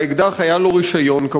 לאקדח היה לו רישיון,